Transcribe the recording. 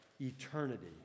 eternity